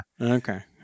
Okay